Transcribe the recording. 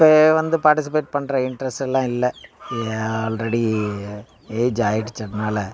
இப்போ வந்து பார்டிஸிபேட் பண்ணுற இன்ட்ரெஸ்ட் எல்லாம் இல்லை ஆல்ரெடி ஏஜ் ஆயிடுச்சு அதுனால்